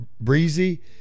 Breezy